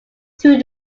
through